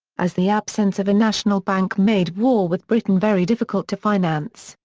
as the absence of a national bank made war with britain very difficult to finance,